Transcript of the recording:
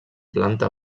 planta